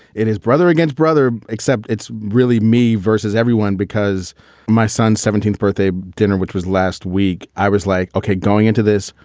it is brother against brother. except it's really me versus everyone. because my son's seventeenth birthday dinner, which was last week, i was like, okay. going into this,